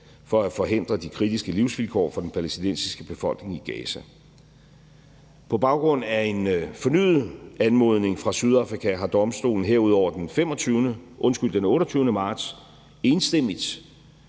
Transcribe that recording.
for at forhindre de kritiske livsvilkår for den palæstinensiske befolkning i Gaza. På baggrund af en fornyet anmodning fra Sydafrika har domstolen herudover den 28. marts enstemmigt